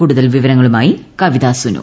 കൂടുതൽ വിവരങ്ങളുമായി കവിത സുനു